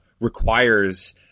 requires